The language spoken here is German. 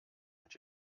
und